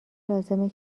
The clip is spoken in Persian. لازمه